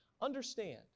understand